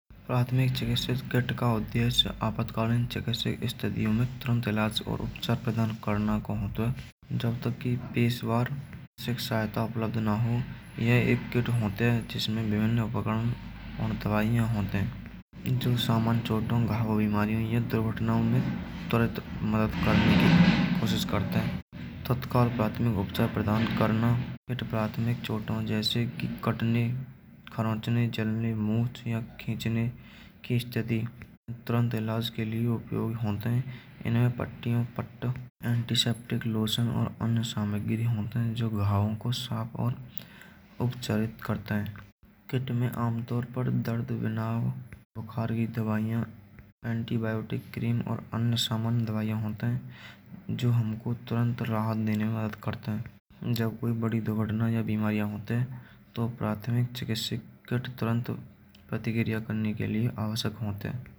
रात में एक चिकित्सक का उद्देश्य आपातकालीन से कैसे स्थितियों में तुरन्त इलाज और उपचार प्रदान करना को जब तक कि पेशवार्षिक सहायता उपलब्ध न हो यह एक किट होते हैं। जिसमें विभिन्न पकड़ाइ होते हैं। जो सामान छोड़ दूंगा वह बीमारी नहीं है, दुर्घटनाओं में तुरन्त मदद करने की कोशिश करता है। तत्काल प्राथमिक उपचार प्रदान करना प्राथमिक चोटों जैसे कटने खिंचने की स्थिति तुरन्त इलाज के लिए उपयोग होते हैं। इन्हें पट्टियों पट्टी एंटिसेप्टिक लोशन और अन्य सामग्री होते हैं। जो घाव को साफ और उपचारित कराता है। किट में आमतौर पर दर्द बिन बुखार की दवाइयां एंटीबायोटिक क्रीम और अन्य सामान दवाइयां होते हैं। कोई बड़ी दुर्घटना या बीमारियां होते हैं। तो प्राथमिक चिकित्सा गथ तुरन्त प्रतिक्रिया करने के लिए आवश्यक होते हैं।